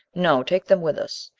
no, take them with us.